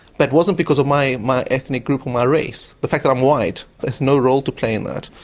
that wasn't because of my my ethnic group or my race the fact that i'm white has no role to play in that.